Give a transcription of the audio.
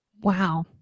Wow